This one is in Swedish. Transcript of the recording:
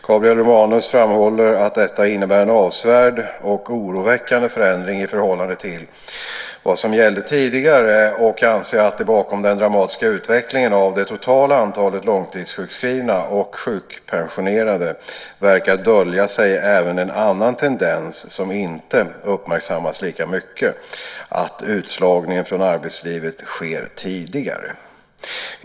Gabriel Romanus framhåller att detta innebär en avsevärd och oroväckande förändring i förhållande till vad som gällde tidigare och anser att det bakom den dramatiska utvecklingen av det totala antalet långtidssjukskrivna och "sjukpensionerade" verkar dölja sig även en annan tendens, som inte uppmärksammats lika mycket, att utslagningen från arbetslivet sker tidigare.